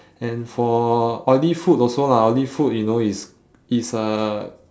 and for oily food also lah oily food you know is is a